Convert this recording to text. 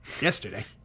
yesterday